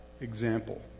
example